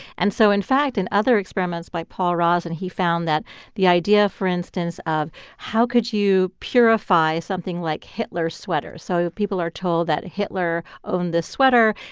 and so in fact, in other experiments by paul rozin, he found that the idea, for instance, of how could you purify something like hitler's sweater? so people are told that hitler owned this sweater,